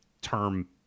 term